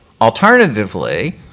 Alternatively